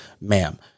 ma'am